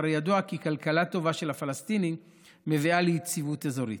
שהרי ידוע כי כלכלה טובה של הפלסטינים מביאה ליציבות אזורית.